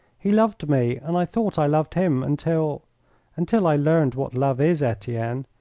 he loved me, and i thought i loved him until until i learned what love is, etienne.